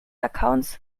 accounts